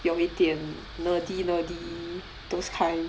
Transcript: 有一点 nerdy nerdy those kind